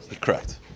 Correct